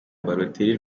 balotelli